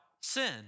sin